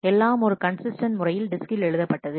எல்லாம் ஒரு கன்சிஸ்டன்ட் முறையில் டிஸ்கில் எழுதப்பட்டது